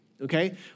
okay